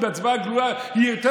הצעת חוק שהיא לא אחרת